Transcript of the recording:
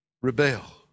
rebel